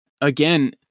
again